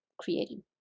creating